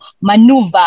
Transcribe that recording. maneuver